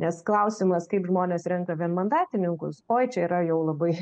nes klausimas kaip žmonės renka vienmandatininkus pojūčiai yra jau labai